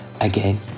Again